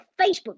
Facebook